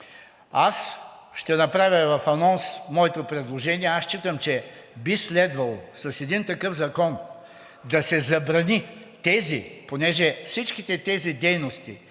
Аз ще направя в анонс моето предложение. Считам, че би следвало с един такъв закон да се забрани тези, понеже всичките тези дейности